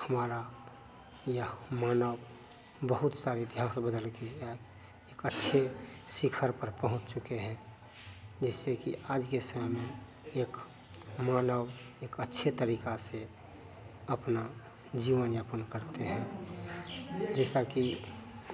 हमारा यह मानव बहुत सारे इतिहास को बदल के है अच्छे शिखर पर पहुँच चुके हैं जिससे कि आज के समय में एक मानव एक अच्छे तरीक़े से अपना जीवन यापन करते हैं जैसा कि